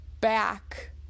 back